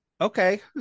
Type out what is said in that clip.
Okay